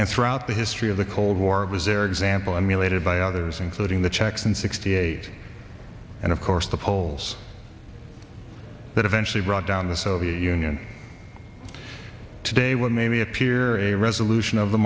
and throughout the history of the cold war was their example emulated by others including the czechs in sixty eight and of course the poles that eventually brought down the soviet union today would maybe appear a resolution of the